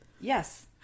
yes